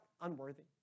unworthy